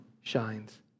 shines